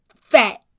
fat